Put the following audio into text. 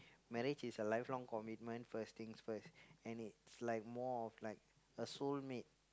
marriage is a lifelong commitment first things first and it's like more of like a soulmate